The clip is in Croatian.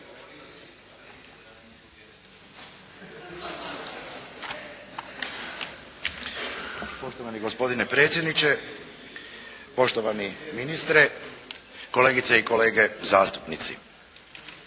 Poštovani gospodine predsjedniče, poštovani ministre, kolegice i kolege zastupnici.